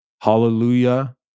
hallelujah